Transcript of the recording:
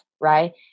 right